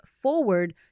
forward